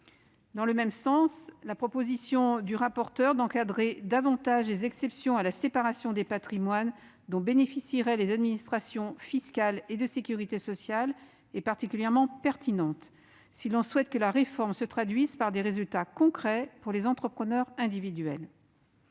Dans le même sens, la proposition du rapporteur d'encadrer davantage les exceptions à la séparation des patrimoines, dont bénéficieraient à la fois les services fiscaux et ceux de la sécurité sociale, est particulièrement pertinente si l'on souhaite que la réforme se traduise par des résultats concrets pour les entrepreneurs individuels.